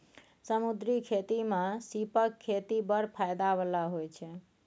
समुद्री खेती मे सीपक खेती बड़ फाएदा बला होइ छै